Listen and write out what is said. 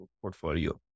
portfolio